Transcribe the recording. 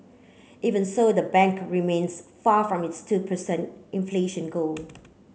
even so the bank remains far from its two per cent inflation goal